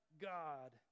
God